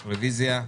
רביזיה.